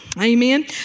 Amen